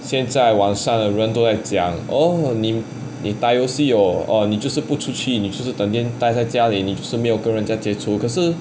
现在网上在的人都在讲 oo 你你打游戏哦 oh 你就是不出去是不是等整天待在家里你就是没有跟人家解除可是